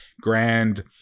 grand